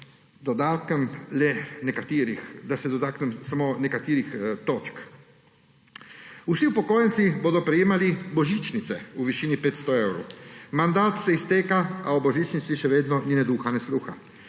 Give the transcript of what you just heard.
da se dotaknem samo nekaterih točk. Vsi upokojenci bodo prejemali božičnice v višini 500 evrov. Mandat se izteka, a o božičnici še vedno ni ne duha ne sluha.